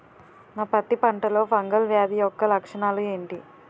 నా పత్తి పంటలో ఫంగల్ వ్యాధి యెక్క లక్షణాలు ఏంటి?